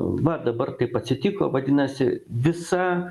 va dabar taip atsitiko vadinasi visa